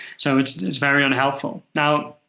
so it's it's very unhelpful. now